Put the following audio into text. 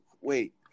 Wait